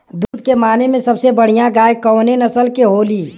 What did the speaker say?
दुध के माने मे सबसे बढ़ियां गाय कवने नस्ल के होली?